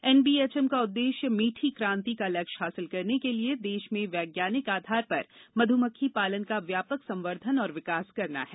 NBHM का उद्देश्य मीठी क्रांति का लक्ष्य हासिल करने के लिए देश में वैज्ञानिक आधार पर मधुमक्खी पालन का व्यापक संवर्धन और विकास करना है